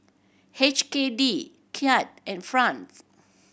H K D Kyat and Franc